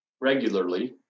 regularly